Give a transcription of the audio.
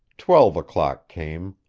twelve o'clock came.